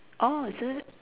orh is it